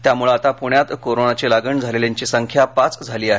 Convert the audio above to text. त्यामुळे आता पुण्यात कोरोनाची लागण झालेल्यांची संख्या पाच झाली आहे